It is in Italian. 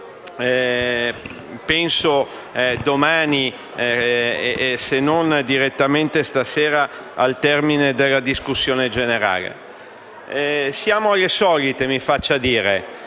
domani, se non direttamente stasera al termine della discussione generale. Siamo alle solite: il Governo